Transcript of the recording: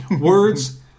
Words